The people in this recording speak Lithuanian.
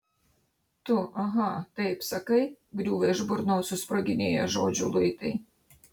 tu aha taip sakai griūva iš burnos susproginėję žodžių luitai